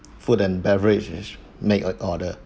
food and beverages make a order